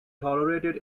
tolerated